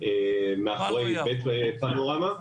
מאחורי בית פנורמה.